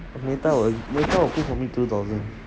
matar will matar will pay for me two thousand